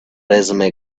resume